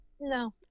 No